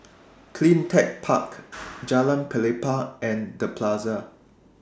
CleanTech Park Jalan Pelepah and The Plaza